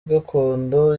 gakondo